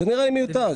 זה נראה לי מיותר.